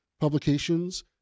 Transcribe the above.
publications